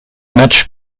matches